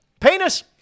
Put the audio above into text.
Penis